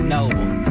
Noble